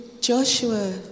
Joshua